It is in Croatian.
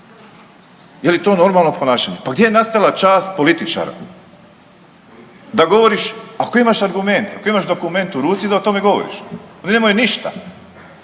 Je li to normalno ponašanje? Pa gdje ne nastala čast političara da govoriš, ako imaš argument, ako imaš dokument u ruci da o tome govoriš. Oni nemaju ništa.